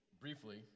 briefly